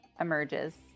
emerges